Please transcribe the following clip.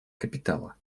капитала